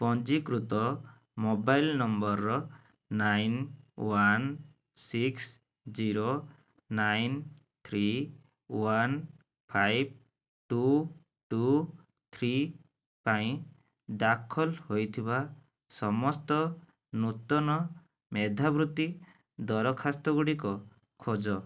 ପଞ୍ଜୀକୃତ mobile number nine one six zero nine three one five two two three ପାଇଁ ଦାଖଲ ହୋଇଥିବା ସମସ୍ତ ନୂତନ ମେଧାବୃତ୍ତି ଦରଖାସ୍ତ ଗୁଡ଼ିକ ଖୋଜ